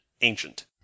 ancient